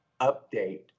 update